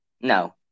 no